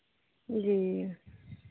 जी